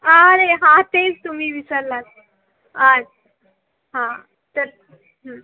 आं रे हां तेच तुम्ही विसरलात अच्छा हां तर